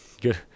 good